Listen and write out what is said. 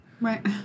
Right